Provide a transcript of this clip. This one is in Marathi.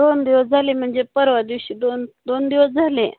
दोन दिवस झाले म्हणजे परवा दिवशी दोन दोन दिवस झाले